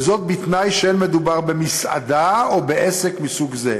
בתנאי שאין מדובר במסעדה או בעסק מסוג זה.